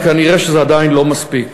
אבל כנראה זה עדיין לא מספיק.